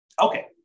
Okay